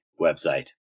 website